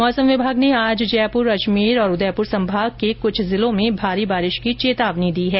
मौसम विभाग ने आज जयपुर अजमेर और उदयपुर संभाग के कुछ जिलों में भारी बारिश की चेतावनी दी है